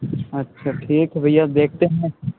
अच्छा ठीक भैया देखते हैं